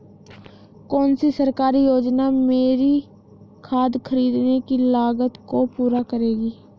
कौन सी सरकारी योजना मेरी खाद खरीदने की लागत को पूरा करेगी?